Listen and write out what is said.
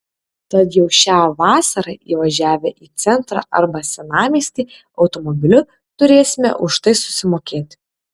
tad jau šią vasarą įvažiavę į centrą arba senamiestį automobiliu turėsime už tai susimokėti